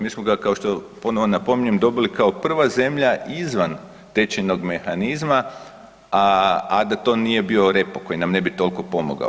Mi smo ga kao što je ponovno napominjem, dobili kao prva zemlja izvan tečajnog mehanizma a da to nije bio repo koji nam ne bi toliko pomogao.